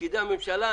לפקידי הממשלה,